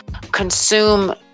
consume